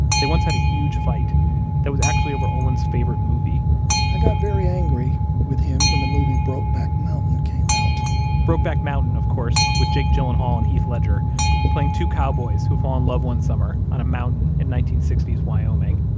they once had a huge fight that was actually over olin's favorite movie i got very angry with him when the movie brokeback mountain came out brokeback mountain, of course, with jake gyllenhaal and heath ledger playing two cowboys who fall in love one summer on a mountain in nineteen sixty s wyoming.